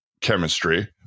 chemistry